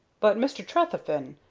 but, mr. trefethen,